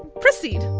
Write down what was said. proceed